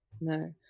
No